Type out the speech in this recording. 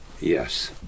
Yes